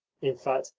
in fact,